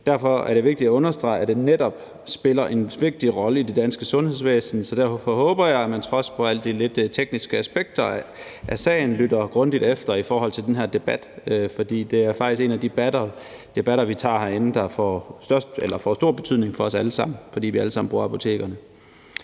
hvorfor det er vigtigt at understrege, at det netop spiller en vigtig rolle i det danske sundhedsvæsen. Så derfor håber jeg, at man på trods af alle de lidt tekniske aspekter af sagen lytter grundigt efter i den her debat. For det er faktisk en af de debatter, vi tager herinde, der får stor betydning for os alle sammen, fordi vi alle sammen bruger apotekerne.